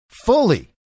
fully